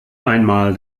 einmal